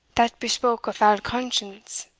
that bespoke a foul conscience,